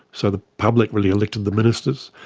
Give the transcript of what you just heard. so the public really elected the ministers.